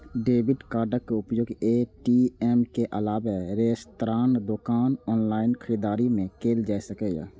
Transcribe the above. debit कार्डक उपयोग ATM के अलावे रेस्तरां, दोकान, ऑनलाइन खरीदारी मे कैल जा सकैए